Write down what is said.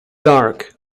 dark